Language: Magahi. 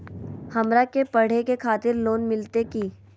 हमरा के पढ़े के खातिर लोन मिलते की?